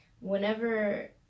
Whenever